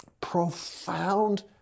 profound